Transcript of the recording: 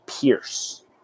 pierce